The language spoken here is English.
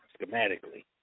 schematically